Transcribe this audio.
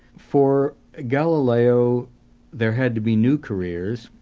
for galileo there had to be new careers,